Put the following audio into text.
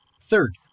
Third